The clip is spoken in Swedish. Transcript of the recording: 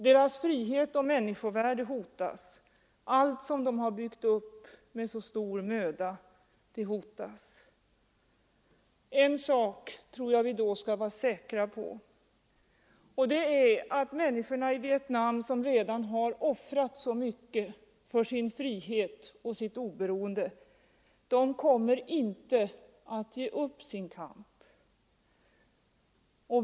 Deras frihet och människovärde hotas, allt som de byggt upp med så stor möda hotas. En sak tror jag att vi då skall vara säkra på, och det är att människorna i Vietnam som redan har offrat så mycket för sin frihet och sitt oberoende inte kommer att ge upp sin kamp.